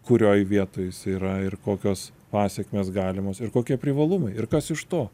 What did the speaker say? kurioj vietoj jisai yra ir kokios pasekmės galimos ir kokie privalumai ir kas iš to